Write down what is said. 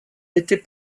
était